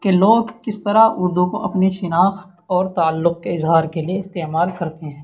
کہ لوگ کس طرح اردو کو اپنی شناخت اور تعلق کے اظہار کے لیے استعمال کرتے ہیں